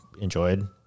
enjoyed